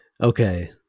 Okay